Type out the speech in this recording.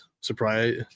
surprise